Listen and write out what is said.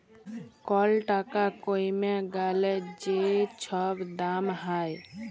call টাকা কইমে গ্যালে যে ছব দাম হ্যয়